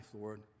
Lord